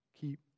keep